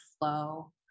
flow